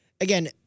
Again